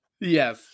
Yes